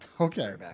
okay